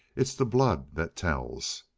it's the blood that tells.